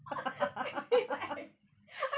I feel like